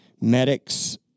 medics